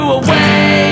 away